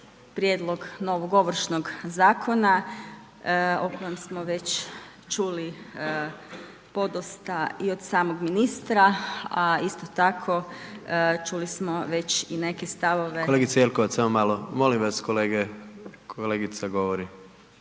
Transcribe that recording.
prijedlog novog ovršnog zakona o kojem smo već čuli podosta i od samog ministra, a isto tako čuli smo već i neke stavove. **Jandroković, Gordan (HDZ)** Kolegice Jelkovac, samo malo. Molim vas kolege, kolegica govori.